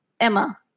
Emma